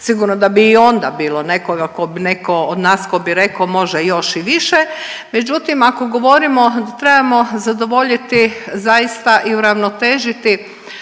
sigurno da bi i onda bilo nekoga ko neko od nas ko bi reko može još i više, međutim ako govorimo da trebamo zadovoljiti zaista i uravnotežiti